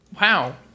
wow